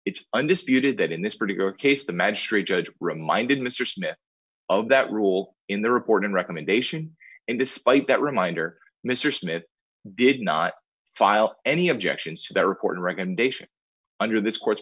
it's undisputed that in this particular case the magistrate judge reminded mr smith of that rule in the report and recommendation and despite that reminder mr smith did not file any objections to that report a recommendation under this cour